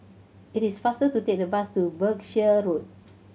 it is faster to take the bus to Berkshire Road